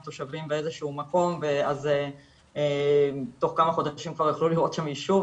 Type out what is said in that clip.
תושבים באיזה שהוא מקום ואז תוך כמה חודשים כבר יוכלו לראות שם ישוב,